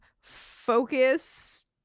focus